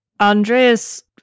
Andreas